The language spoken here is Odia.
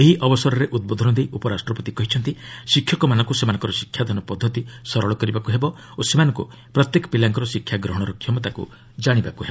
ଏହି ଅବସରରେ ଉଦ୍ବୋଧନ ଦେଇ ଉପରାଷ୍ଟ୍ରପତି କହିଛନ୍ତି ଶିକ୍ଷକମାନଙ୍କୁ ସେମାନଙ୍କର ଶିକ୍ଷାଦାନ ପଦ୍ଧତି ସରଳ କରିବାକୁ ହେବ ଓ ସେମାନଙ୍କୁ ପ୍ରତ୍ୟେକ ପିଲାଙ୍କର ଶିକ୍ଷାଗ୍ରହଣର କ୍ଷମତାକୁ ଜାଣିବାକୁ ହେବ